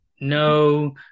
no